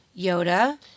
Yoda